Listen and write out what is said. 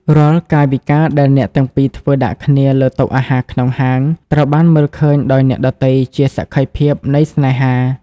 រាល់កាយវិការដែលអ្នកទាំងពីរធ្វើដាក់គ្នាលើតុអាហារក្នុងហាង ត្រូវបានមើលឃើញដោយអ្នកដទៃជាសក្ខីភាពនៃស្នេហា។